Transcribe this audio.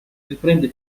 riprende